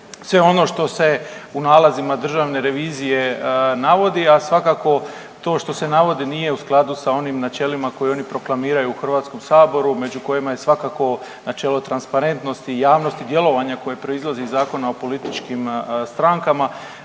sve ono što se u nalazima Državne revizije navodi, a svakako to što se navodi nije u skladu s onim načelima koje oni proklamiraju u Hrvatskom saboru među kojima je svakako načelo transparentnosti i javnosti djelovanja koje proizlazi iz Zakona o političkim strankama